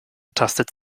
tastet